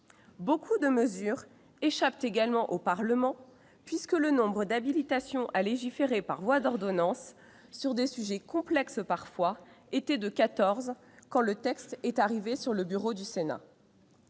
Beaucoup de mesures échappent également au Parlement, puisque le nombre d'habilitations à légiférer par voie d'ordonnance, sur des sujets complexes parfois, était de quatorze quand le texte est arrivé sur le bureau du Sénat.